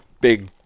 big